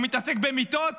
הוא מתעסק במיטות,